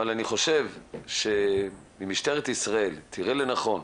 אבל אני חושב שאם משטרת ישראל תראה לנכון,